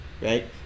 Right